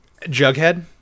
Jughead